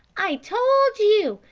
i told you,